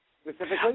specifically